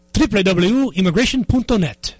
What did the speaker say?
www.immigration.net